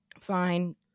Fine